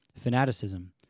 fanaticism